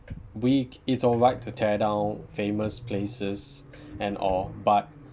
weak it's alright to tear down famous places and all but